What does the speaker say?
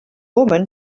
woman